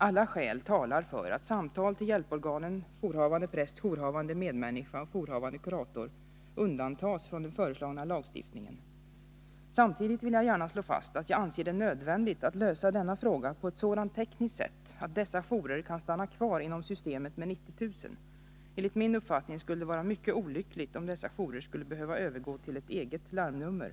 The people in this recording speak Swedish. Alla skäl talar för att samtal till hjälporganen jourhavande präst, jourhavande medmänniska och jourhavande kurator undantas från den föreslagna lagstiftningen. Samtidigt vill jag gärna slå fast att jag anser det nödvändigt att tekniskt lösa den här aktuella frågan på ett sådant sätt att dessa jourer kan stanna kvar inom systemet med telefonnummer 90 000. Enligt min uppfattning skulle det vara mycket olyckligt, om dessa jourer skulle behöva övergå till ett eget larmnummer.